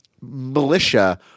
militia